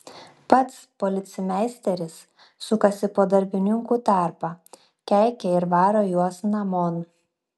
pats policmeisteris sukasi po darbininkų tarpą keikia ir varo juos namon